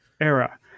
era